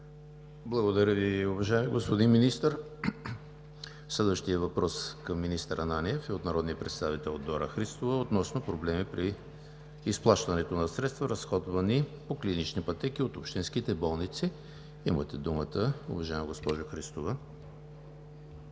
Благодаря Ви, уважаеми господин Министър. Следващият въпрос към министър Ананиев е от народния представител Дора Христова относно проблеми при изплащането на средства, разходвани по клинични пътеки от общинските болници. Имате думата, уважаема госпожо Христова.